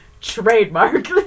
trademark